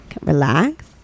relax